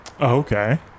Okay